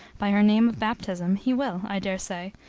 by her name of baptism, he will, i dare say,